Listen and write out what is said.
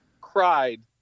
cried